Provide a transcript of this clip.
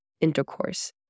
intercourse